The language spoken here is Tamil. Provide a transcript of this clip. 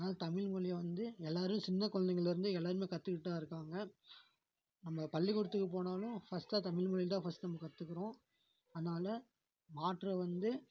ஆனால் தமிழ் மொழியை வந்து எல்லாரும் சின்ன குழந்தைங்கள்லேருந்து எல்லாருமே கத்துக்கிட்டு தான் இருக்காங்க நம்ம பள்ளிக்கூடத்துக்கு போனாலும் ஃபஸ்ட்டாக தமிழ் மொழி தான் ஃபஸ்ட் நம்ம கத்துக்கிறோம் அதனால் மாற்றம் வந்து